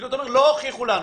אתם פשוט אומרים: לא הוכיחו לנו.